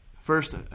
first